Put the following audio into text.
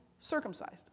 circumcised